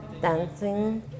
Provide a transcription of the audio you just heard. dancing